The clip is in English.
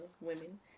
women